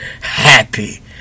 happy